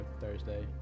Thursday